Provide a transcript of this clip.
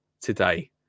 today